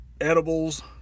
edibles